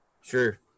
sure